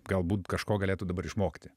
galbūt kažko galėtų dabar išmokti